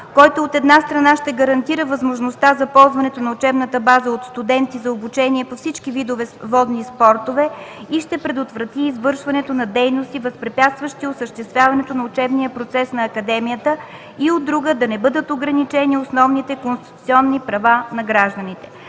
който, от една страна, ще гарантира възможността за ползването на учебната база от студенти за обучение по всички видове водни спортове и ще предотврати извършването на дейности, възпрепятстващи осъществяването на учебния процес на Академията и, от друга страна, да не бъдат ограничени конституционни права на гражданите.